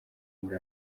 muri